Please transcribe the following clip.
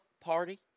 party